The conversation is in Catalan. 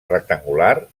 rectangular